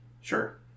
Sure